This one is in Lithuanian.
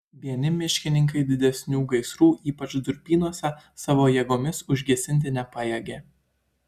vieni miškininkai didesnių gaisrų ypač durpynuose savo jėgomis užgesinti nepajėgė